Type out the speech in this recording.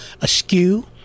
askew